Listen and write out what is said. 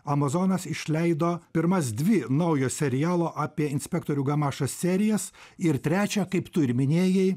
amazonas išleido pirmas dvi naujo serialo apie inspektorių gamašą serijas ir trečią kaip tu ir minėjai